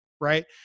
right